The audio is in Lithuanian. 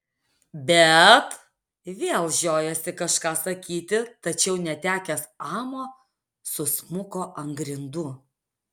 bet vėl žiojosi kažką sakyti tačiau netekęs amo susmuko ant grindų